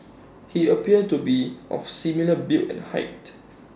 he appears to be of similar build and height